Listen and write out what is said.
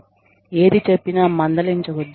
ఏది చెప్పినా మందలించవద్దు